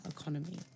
economy